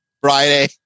Friday